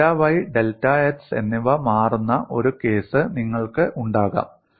delta y delta x എന്നിവ മാറുന്ന ഒരു കേസ് നിങ്ങൾക്ക് ഉണ്ടാകാം